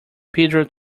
pedro